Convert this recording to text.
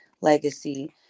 legacy